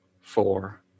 four